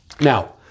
Now